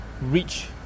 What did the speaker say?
reach